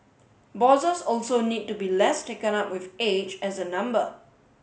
bosses also need to be less taken up with age as a number